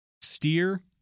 Steer